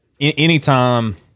anytime